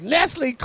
Nestle